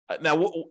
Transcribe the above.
Now